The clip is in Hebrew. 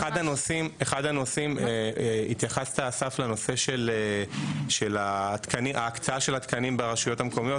אחד הנושאים התייחסת אסף לנושא של ההקצאה של התקנים ברשויות המקומיות,